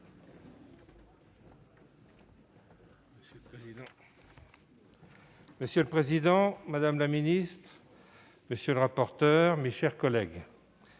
Monsieur le président, madame la ministre, monsieur le ministre, mes chers collègues,